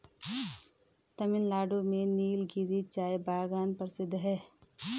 तमिलनाडु में नीलगिरी चाय बागान प्रसिद्ध है